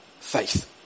faith